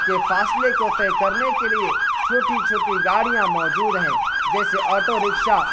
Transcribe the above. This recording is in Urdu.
کے فاصلے کو طے کرنے کے لیے چھوٹی چھوٹی گاڑیاں موجود ہیں جیسے آٹو رکشا